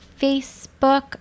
Facebook